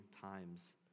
times